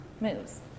moves